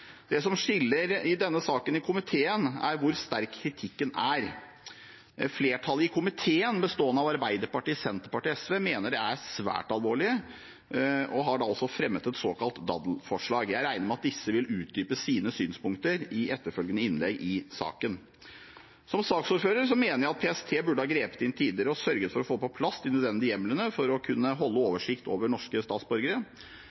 Det som skiller i denne saken i komiteen, er hvor sterk kritikken er. Flertallet i komiteen, bestående av Arbeiderpartiet, Senterpartiet og SV, mener det er svært alvorlig, og har et såkalt daddelforslag. Jeg regner med at disse vil utdype sine synspunkter i etterfølgende innlegg i saken. Som saksordfører mener jeg at PST burde ha grepet inn tidligere og sørget for å få på plass de nødvendige hjemlene for å kunne holde